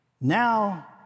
Now